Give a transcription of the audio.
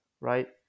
right